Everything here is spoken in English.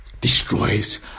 destroys